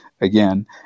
again